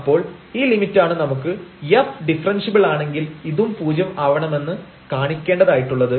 അപ്പോൾ ഈ ലിമിറ്റ് ആണ് നമുക്ക് f ഡിഫറെൻഷ്യബിൾ ആണെങ്കിൽ ഇതും 0 ആവണമെന്ന് കാണിക്കേണ്ടതായിട്ടുള്ളത്